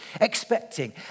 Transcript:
expecting